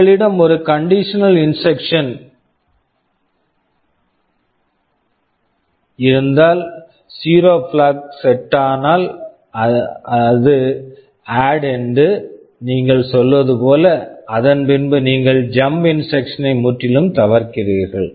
உங்களிடம் ஒரு conditional instruction conditional instruction இருந்தால் zero 0 flag flag set set ஆனால் ஆட் add என்று நீங்கள் சொல்வது போல அதன்பின்பு நீங்கள் ஜம்ப் jump இன்ஸ்ட்ரக்க்ஷன் instruction ஐ முற்றிலும் தவிர்க்கிறீர்கள்